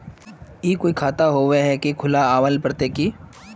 ई कोई खाता होबे है की खुला आबेल पड़ते की?